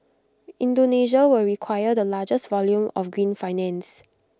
Indonesia will require the largest volume of green finance